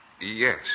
Yes